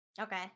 Okay